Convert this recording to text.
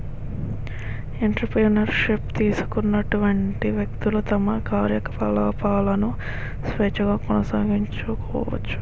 entrepreneur ship తీసుకున్నటువంటి వ్యక్తులు తమ కార్యకలాపాలను స్వేచ్ఛగా కొనసాగించుకోవచ్చు